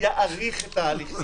יאריך את ההליכים.